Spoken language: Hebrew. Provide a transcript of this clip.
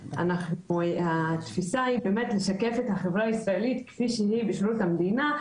נגיד שהתפיסה היא באמת לשקף את החברה הישראלית כפי שהיא בשירות המדינה,